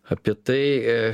apie tai